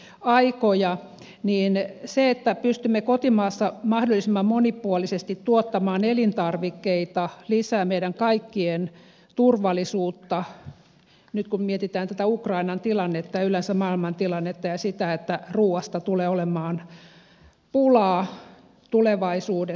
nyt kun elämme epävarmoja aikoja niin se että pystymme kotimaassa mahdollisimman monipuolisesti tuottamaan elintarvikkeita lisää meidän kaikkien turvallisuutta nyt kun mietitään tätä ukrainan tilannetta ja yleensä maailman tilannetta ja sitä että ruuasta tulee olemaan pulaa tulevaisuudessa